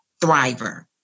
thriver